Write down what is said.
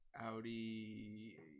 Audi